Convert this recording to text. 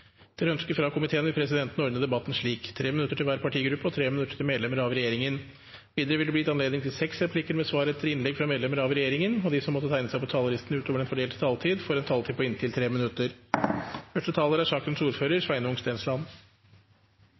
Etter ønske fra helse- og omsorgskomiteen vil presidenten ordne debatten slik: 3 minutter til hver partigruppe og 3 minutter til medlemmer av regjeringen. Videre vil det bli gitt anledning til replikkordskifte med inntil seks replikker med svar etter innlegg fra medlemmer av regjeringen, og de som måtte tegne seg på talerlisten utover den fordelte taletid, også får en taletid på inntil 3 minutter.